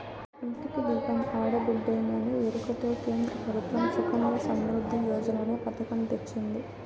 ఇంటికి దీపం ఆడబిడ్డేననే ఎరుకతో కేంద్ర ప్రభుత్వం సుకన్య సమృద్ధి యోజననే పతకం తెచ్చింది